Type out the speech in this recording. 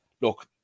look